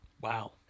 Wow